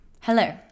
Hello